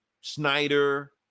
Snyder